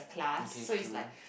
okay true